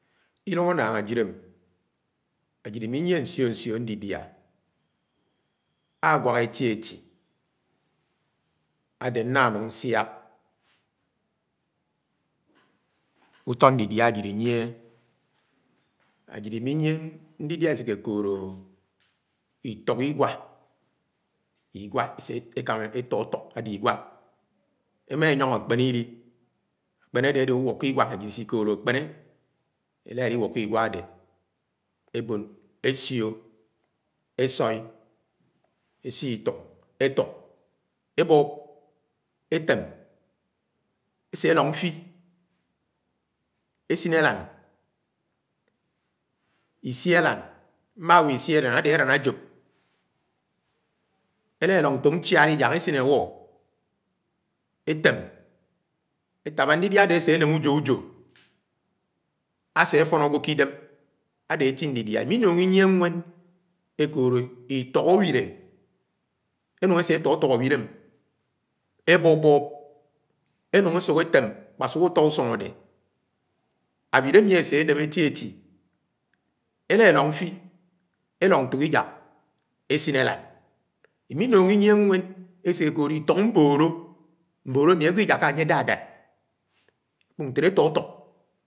Ke ilúng annáng ajile ajid imineyie nsio nsio ndidia, anwak eti eti ade ñña nung ñsiak ùtọ ñdidia ajid iñyiehé. ajid imenyie ñdidia eseké ekood itok-igwa ede igwa ese etuk etuk, emá eñyóngó akpéné ili akpéné ade, adé ùwùkù igwa ajid isi ikood akpene elá eliwuku igwa adé ebón mfi esin alán isi alán mmáwo isi alan ade alán àjóp, ala elóng ntók nchad ijak esin awo etem etaba ñdidio ade aséném ùjoùjó asé afón agwo ké idem ade eti ndidia, iminúng inyie ñwén ekood itúk áwilé, enung ese efuk-túk awile ebób-bób enung isúk étém m̄kpásúk ùto úsúng adé awile ami asé ném eti eti elálóng mfi, elong ntok iják esin aláñ iménuñg iñyie nwén esekood ituk mbóró: mbóró ami agwo ijaka anye adádád ekpók ñtéle etụtụk.